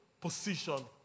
position